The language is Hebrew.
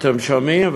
אתם שומעים?